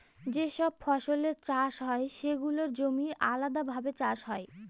যে সব ফসলের চাষ হয় সেগুলোর জমি আলাদাভাবে চাষ হয়